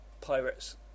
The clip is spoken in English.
pirates